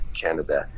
Canada